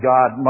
God